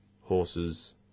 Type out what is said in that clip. horses